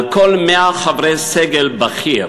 על כל 100 חברי סגל בכיר